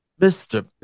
Mr